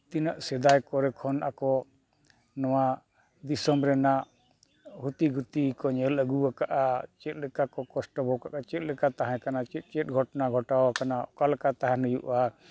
ᱛᱤᱱᱟᱹᱜ ᱥᱮᱫᱟᱭ ᱠᱚᱨᱮ ᱠᱷᱚᱱ ᱟᱠᱚ ᱱᱚᱣᱟ ᱫᱤᱥᱚᱢ ᱨᱮᱱᱟᱜ ᱦᱩᱛᱤ ᱜᱩᱛᱤ ᱠᱚ ᱧᱮᱞ ᱟᱹᱜᱩ ᱠᱟᱜᱼᱟ ᱪᱮᱫ ᱞᱮᱠᱟ ᱠᱚ ᱠᱚᱥᱴᱚ ᱠᱟᱱᱟ ᱪᱮᱫ ᱞᱮᱠᱟ ᱛᱟᱦᱮᱸ ᱠᱟᱱᱟ ᱪᱮᱫ ᱪᱮᱫ ᱜᱷᱚᱴᱚᱱᱟ ᱜᱷᱚᱴᱟᱣ ᱟᱠᱟᱱᱟ ᱚᱠᱟ ᱞᱮᱠᱟ ᱛᱟᱦᱮᱱ ᱦᱩᱭᱩᱜᱼᱟ